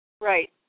Right